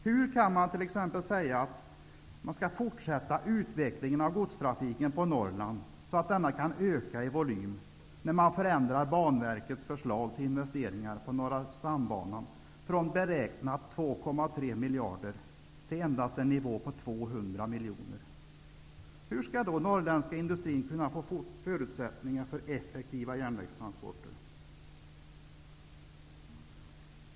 Hur kan man t.ex. säga att SJ skall fortsätta utvecklingen av godstrafiken på Norrland så att denna kan öka i volym, när man förändrar Banverkets förslag på norra stambanan från beräknat 2,3 miljarder till en nivå på endast 200 miljoner? Hur skall den norrländska industrin kunna få förutsättningar för effektivare järnvägstransporter?